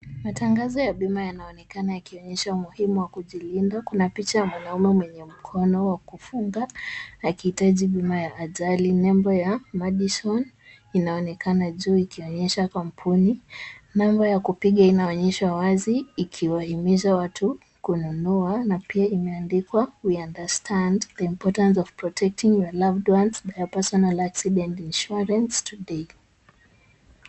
Matangazo ya bima yanaonekana yakionyesha umuhimu wa kujilinda. Kuna picha ya mwanaume mwenye mkono wa kufuga akihitaji bima ya ajali. Nembo ya Madison inaonekana juu ikionyesha kampuni, namba ya kupigwa inaonyesha wazi ikiwahimiza watu kununua na pia imeandikwa we understand the importance of protecting your loved ones. Buy a personal accident insurance today .